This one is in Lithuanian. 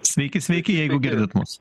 sveiki sveiki jeigu girdit mus